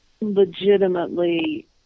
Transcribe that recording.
legitimately